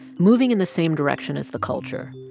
moving in the same direction as the culture.